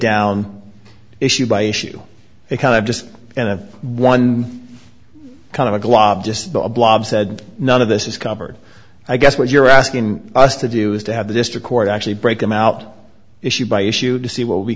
down issue by issue it just kind of one kind of a glob just a blob said none of this is covered i guess what you're asking us to do is to have the district court actually break them out issue by issue to see what we